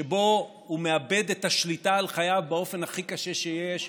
שבו הוא מאבד את השליטה על חייו באופן הכי קשה שיש,